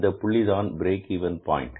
இந்த புள்ளி தான் பிரேக் இவென் பாயின்ட்